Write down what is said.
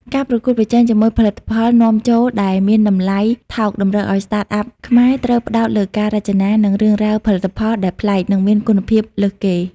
ការប្រកួតប្រជែងជាមួយផលិតផលនាំចូលដែលមានតម្លៃថោក តម្រូវឱ្យ Startup ខ្មែរត្រូវផ្ដោតលើការរចនា និងរឿងរ៉ាវផលិតផលដែលប្លែក និងមានគុណភាពលើសគេ។